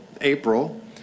April